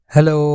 Hello